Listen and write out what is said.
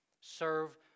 Serve